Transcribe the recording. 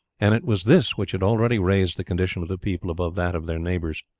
and it was this which had already raised the condition of the people above that of their neighbours.